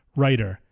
writer